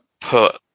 put